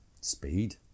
Speed